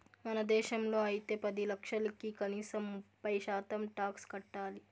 మన దేశంలో అయితే పది లక్షలకి కనీసం ముప్పై శాతం టాక్స్ కట్టాలి